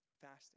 fasting